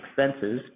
expenses